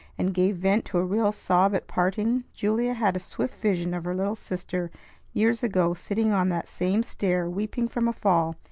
and gave vent to a real sob at parting, julia had a swift vision of her little sister years ago sitting on that same stair weeping from a fall,